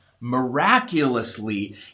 miraculously